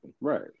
Right